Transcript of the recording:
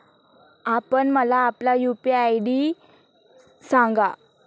आपण मला आपला यू.पी.आय आय.डी सांगा